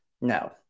No